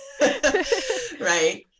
right